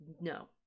no